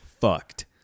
fucked